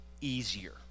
easier